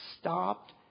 stopped